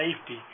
safety